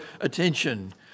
attention